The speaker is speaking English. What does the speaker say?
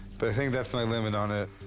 but i think that's my limit on it.